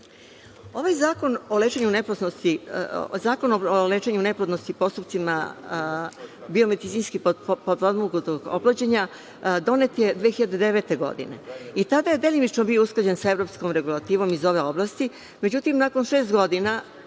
Zakon o lečenju neplodnosti biomedicinski potpomognutog oplođenja donet je 2009. godine i tada je delimično bio usklađen sa evropskom regulativom iz ove oblasti, međutim nakon šest godina